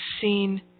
seen